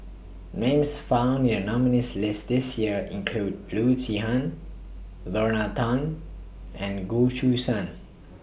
Names found in The nominees' list This Year include Loo Zihan Lorna Tan and Goh Choo San